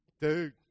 dude